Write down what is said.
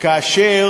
כאשר